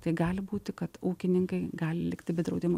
tai gali būti kad ūkininkai gali likti be draudimo